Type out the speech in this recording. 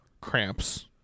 cramps